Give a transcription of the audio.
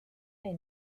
may